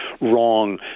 wrong